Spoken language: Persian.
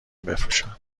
بفروشن